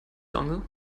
dongle